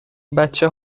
بچه